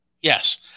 Yes